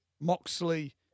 Moxley